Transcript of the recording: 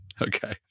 Okay